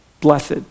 blessed